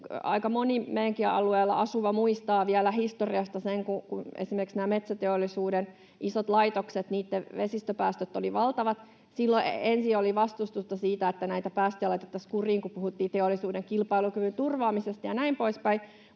Aika moni meidänkin alueella asuva muistaa vielä historiasta sen, kun esimerkiksi näiden metsäteollisuuden isojen laitosten vesistöpäästöt olivat valtavat. Silloin oli ensin vastustusta siihen, että näitä päästöjä laitettaisiin kuriin, kun puhuttiin teollisuuden kilpailukyvyn turvaamisesta ja näin poispäin.